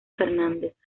fernández